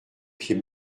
pied